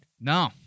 No